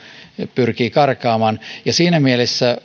pyrkii karkaamaan siinä mielessä